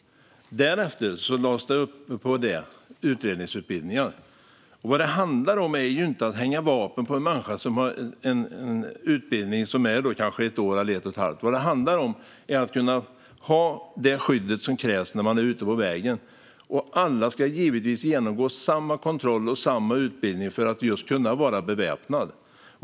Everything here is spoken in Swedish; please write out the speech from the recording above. På detta lades utredningsutbildningar. Det handlar inte om att hänga ett vapen på en människa som har en utbildning på ett eller ett och ett halvt år, utan det handlar om att kunna ha det skydd som krävs när man är ute på vägen. Alla ska givetvis genomgå samma kontroll och utbildning för att kunna vara beväpnade.